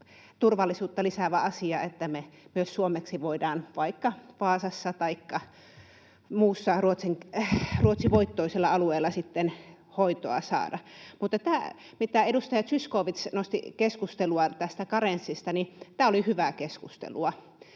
turvallisuutta lisäävä asia, että me myös suomeksi voidaan vaikka Vaasassa taikka muualla ruotsivoittoisella alueella saada hoitoa. Mutta tämä, mitä keskustelua edustaja Zyskowicz nosti tästä karenssista, oli hyvää keskustelua.